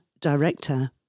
director